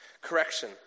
Correction